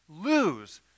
Lose